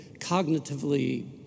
cognitively